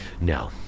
No